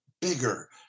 bigger